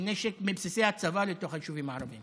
נשק מבסיסי הצבא לתוך היישובים הערביים?